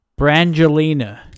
Brangelina